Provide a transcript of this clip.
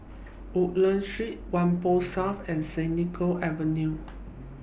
Woodlands Street Whampoa South and Senoko Avenue